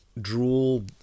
drool